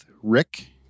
Rick